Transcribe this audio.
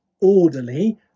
orderly